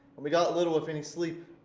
we got little if any sleep.